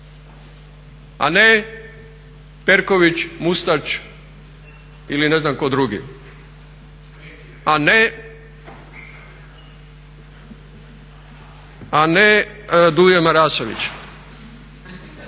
a ne Perković, Mustač ili ne znam tko drugi. A ne Dujo Marasović